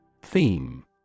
Theme